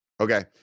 Okay